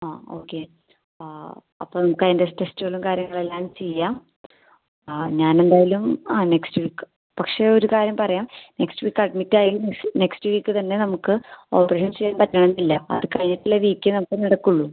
ആ ഓക്കെ അപ്പോൾ നമുക്ക് അതിൻ്റെ ടെസ്റ്റുകളും കാര്യങ്ങളെല്ലാം ചെയ്യാം ആ ഞാൻ എന്തായാലും ആ നെക്സ്റ്റ് വീക്ക് പക്ഷേ ഒരു കാര്യം പറയാം നെക്സ്റ്റ് വീക്ക് അഡ്മിറ്റ് ആയി നെക്സ്റ്റ് വീക്ക് തന്നെ നമുക്ക് ഓപ്പറേഷൻ ചെയ്യാൻ പറ്റണമെന്നില്ല അത് കഴിഞ്ഞിട്ടുള്ള വീക്കേ നമുക്ക് നടക്കുളളൂ